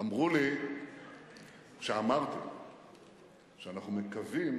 אמרו לי כשאמרתי שאנחנו מקווים